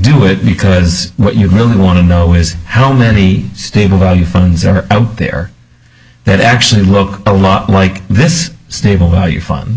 do it because what you really want to know is how many stable value funds are out there that actually look a lot like this stable value fund